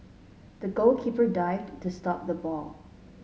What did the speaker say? the goalkeeper dived to stop the ball